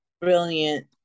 Brilliant